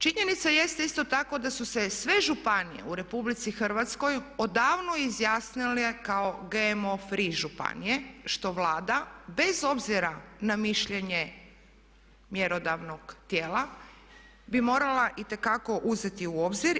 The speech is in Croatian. Činjenica jeste isto tako da su se sve županije u Republici Hrvatskoj odavno izjasnile kao GMO free županije što Vlada bez obzira na mišljenje mjerodavnog tijela bi morala itekako uzeti u obzir.